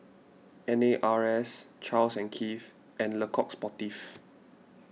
N A R S Charles and Keith and Le Coq Sportif